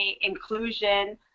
inclusion